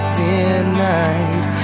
denied